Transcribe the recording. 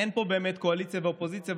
אין פה באמת קואליציה ואופוזיציה,